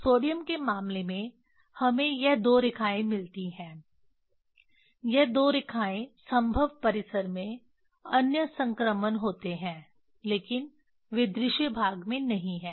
sodium के मामले में हमें यह दो रेखाएं मिलती हैं यह दो रेखाएं संभव परिसर में अन्य संक्रमण होते हैं लेकिन वे दृश्य भाग में नहीं हैं